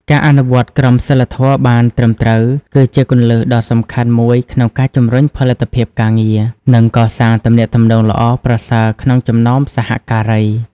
ការអនុវត្តន៍ក្រមសីលធម៌បានត្រឹមត្រូវ គឺជាគន្លឹះដ៏សំខាន់មួយក្នុងការជំរុញផលិតភាពការងារ និងកសាងទំនាក់ទំនងល្អប្រសើរក្នុងចំណោមសហការី។